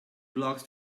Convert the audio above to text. blocks